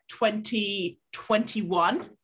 2021